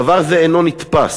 דבר זה אינו נתפס.